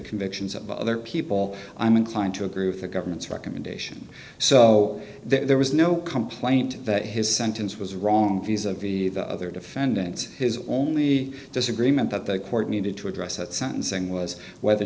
convictions of other people i'm inclined to agree with the government's recommendation so that there was no comp claimed that his sentence was wrong viz a viz the other defendants his only disagreement that the court needed to address at sentencing was whether